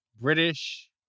British